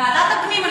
ועדת הפנים.